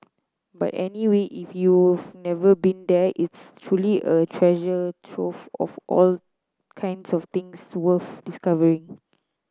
but anyway if you've never been there it's truly a treasure trove of all kinds of things worth discovering